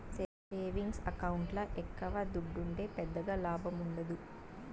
savings ఎకౌంట్ల ఎక్కవ దుడ్డుంటే పెద్దగా లాభముండదు